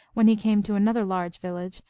when he came to another large village,